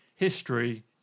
History